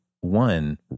one